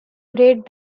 rate